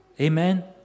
Amen